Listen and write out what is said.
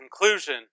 conclusion